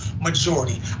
majority